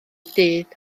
dydd